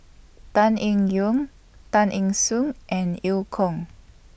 Tan Eng Yoon Tay Eng Soon and EU Kong